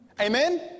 Amen